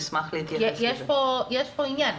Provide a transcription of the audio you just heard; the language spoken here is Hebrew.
יש פה עניין,